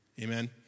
Amen